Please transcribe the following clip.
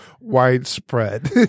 widespread